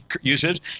uses